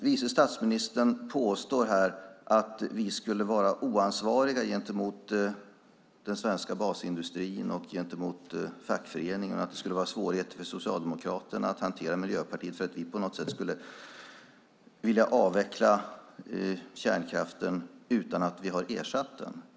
Vice statsministern påstår här att vi skulle vara oansvariga gentemot den svenska basindustrin och gentemot fackföreningarna och att det skulle vara svårigheter för Socialdemokraterna att hantera Miljöpartiet därför att vi skulle vilja avveckla kärnkraften utan att ha ersatt den.